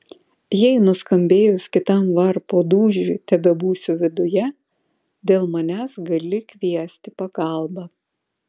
jei nuskambėjus kitam varpo dūžiui tebebūsiu viduje dėl manęs gali kviesti pagalbą